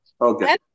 Okay